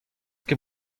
ket